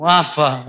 Wafa